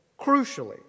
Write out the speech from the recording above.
crucially